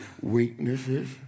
Weaknesses